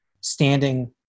standing